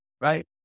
right